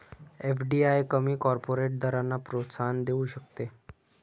FDI कमी corporate दरांना प्रोत्साहन देऊ शकते